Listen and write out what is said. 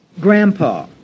Grandpa